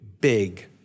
big